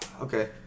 Okay